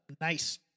nice